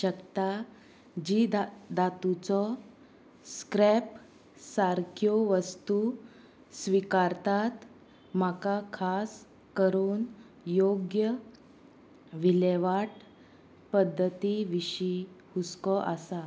शकता जी दा धातूचो स्क्रॅप सारक्यो वस्तू स्विकारतात म्हाका खास करून योग्य विलेवाट पद्दती विशीं हुस्को आसा